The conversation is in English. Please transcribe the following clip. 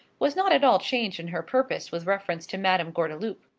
was not at all changed in her purpose with reference to madame gordeloup.